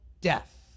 death